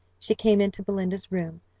she came into belinda's room,